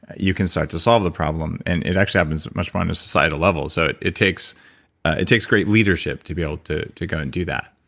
you can start to solve the problem and it actually happens much more on a societal level. so it takes it takes great leadership to be able to to go and do that.